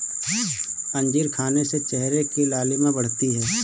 अंजीर खाने से चेहरे की लालिमा बढ़ती है